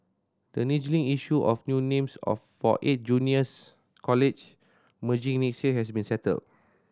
the niggling issue of new names of for eight juniors college merging has been settled